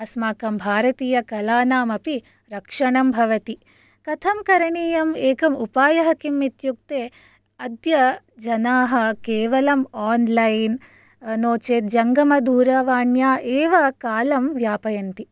अस्माकं भारतीयकलानामपि रक्षणं भवति कथं करणीयम् एकम् उपायः किम् इत्युक्ते अद्य जनाः केवलम् आन्लैन् नो चेत् जङ्गमदूरवाण्या एव कालं व्यापयन्ति